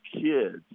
kids